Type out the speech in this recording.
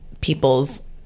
people's